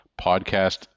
podcast